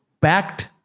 packed